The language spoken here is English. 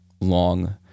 long